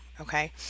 okay